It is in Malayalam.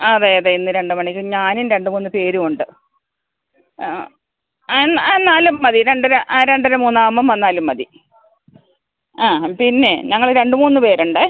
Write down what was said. അതെ അതെ ഇന്ന് രണ്ട് മണിക്ക് ഞാനും രണ്ട് മൂന്ന് പേരുമുണ്ട് ആ എന്നാൽ എന്നാലും മതി രണ്ട് അര ആ രണ്ട് അര മൂന്ന് ആവുമ്പം വന്നാലും മതി ആ പിന്നെ ഞങ്ങൾ രണ്ട് മൂന്ന് പേരുണ്ടേ